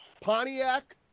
Pontiac